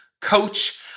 coach